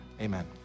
amen